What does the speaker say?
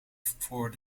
voor